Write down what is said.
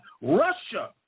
Russia